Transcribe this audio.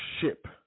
ship